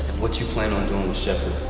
what you plan on doing with shepherd.